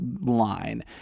line